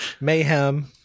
mayhem